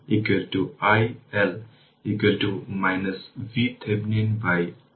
সুতরাং 8 i3 t এটি হবে i3 t এর সাবস্টিটিউট এখানে i3 t মাল্টিপ্লাই করলে তা 6 e t 2 t V হবে